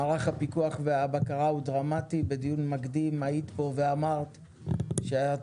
מערך הפיקוח והבקרה הוא דרמטי ובדיון מקדים היית פה ואמרת שאת